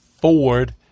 Ford